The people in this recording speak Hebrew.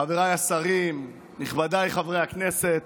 חבריי השרים, נכבדיי חברי הכנסת,